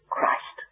Christ